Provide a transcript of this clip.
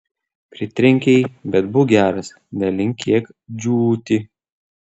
pritrenkei bet būk geras nelinkėk džiūti